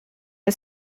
wir